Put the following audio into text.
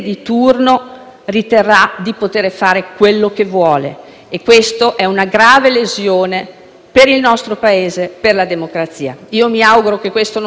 per il nostro Paese e per la democrazia. Io mi auguro che questo non succeda, ma se così dovesse accadere sarebbe davvero molto grave. *(Applausi